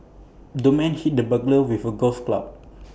the man hit the burglar with A golf club